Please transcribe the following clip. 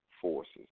Forces